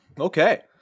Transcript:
Okay